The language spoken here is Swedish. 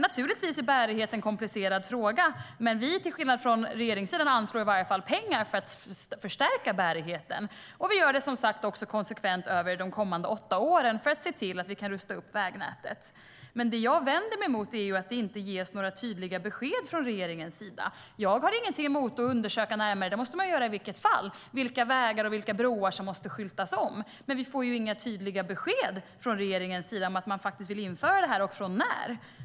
Naturligtvis är bärighet en komplicerad fråga. Men vi, till skillnad från regeringssidan, anslår i varje fall pengar för att förstärka bärigheten. Vi gör det som sagt konsekvent över de kommande åtta åren för att se till att vi kan rusta upp vägnätet. Det jag vänder mig mot är att regeringen inte ger några tydliga besked. Jag har ingenting emot att undersöka närmare vilka vägar och broar som måste skyltas om; det måste man göra i vilket fall. Men vi får inga tydliga besked från regeringens sida om att man vill införa detta, och från när.